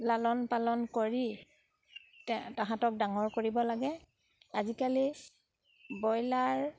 লালন পালন কৰি তাহাঁতক ডাঙৰ কৰিব লাগে আজিকালি ব্ৰইলাৰ